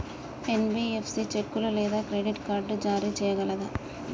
NBFC చెక్కులు లేదా credit card జారీ చేయగలదా?